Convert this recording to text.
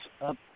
up